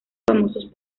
famosos